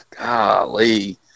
golly